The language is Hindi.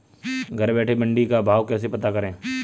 घर बैठे मंडी का भाव कैसे पता करें?